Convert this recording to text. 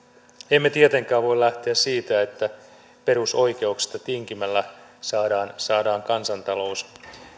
emme tietenkään voi lähteä siitä että perusoikeuksista tinkimällä saadaan saadaan kansantalous